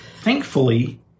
Thankfully